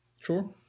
Sure